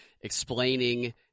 explaining